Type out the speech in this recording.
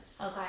okay